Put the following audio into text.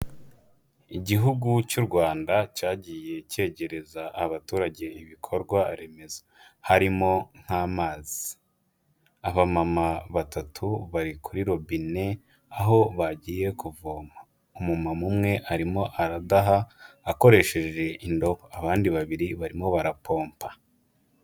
Igihugu cy'u Rwanda cyagiye cyegereza abaturage ibikorwa remezo harimo nk'amazi. Abamama batatu bari kuri robine aho bagiye kuvoma. Umumama umwe arimo aradaha akoresheje indobo, abandi babiri barimo barapopa.